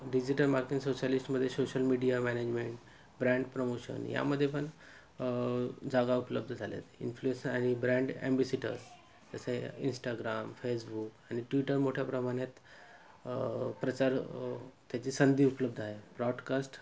digital marketing मध्ये social media management brand promotion यामध्ये पण जागा उपलब्ध झाले आहेत इन्फ्लुएस आणि ब्रँड अँम्बिसिटर्स जसे इंस्टाग्राम फेसबुक आणि ट्विटर मोठ्या प्रमाणात प्रचार त्याची संधी उपलब्ध आहे ब्रॉडकास्ट